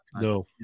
no